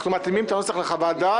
אנחנו מתאימים את הנוסח לחוות הדעת.